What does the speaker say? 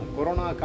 Corona